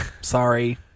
Sorry